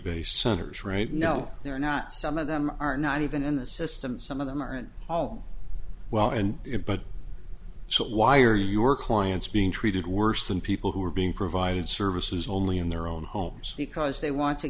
know they're not some of them are not even in the system some of them aren't all well and it but so why are your clients being treated worse than people who are being provided services only in their own homes because they want to